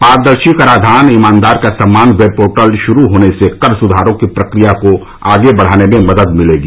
पारदर्शी कराधान ईमानदार का सम्मान वेब पोर्टल श्रू होने से कर सुधारों की प्रक्रिया को आगे बढाने में मदद मिलेगी